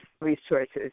resources